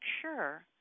sure